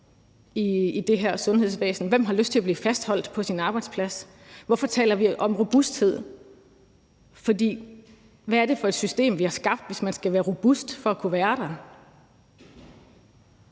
i det her sundhedsvæsen? Hvem har lyst til at blive fastholdt på sin arbejdsplads? Hvorfor taler vi om robusthed? Hvad er det for et system, vi har skabt, hvis man skal være robust for at kunne være der?